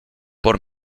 por